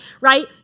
right